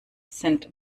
sind